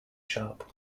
sharp